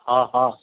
ہاں ہاں